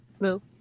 No